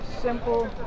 simple